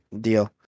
deal